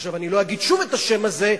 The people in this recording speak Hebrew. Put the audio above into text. עכשיו אני לא אגיד שוב את השם הזה,